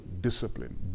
discipline